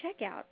checkout